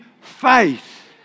faith